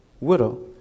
widow